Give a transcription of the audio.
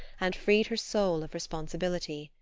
and freed her soul of responsibility.